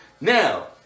Now